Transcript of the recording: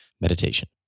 meditation